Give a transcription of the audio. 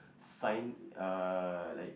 sign uh like